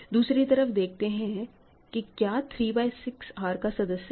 दूसरी तरफ देखते हैं कि क्या 3 बाय 6 R का सदस्य है